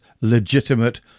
legitimate